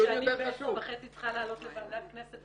אני ב-10:30 צריכה לעלות לוועדת הכנסת,